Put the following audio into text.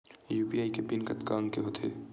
UPI के PIN कतका अंक के होथे?